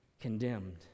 condemned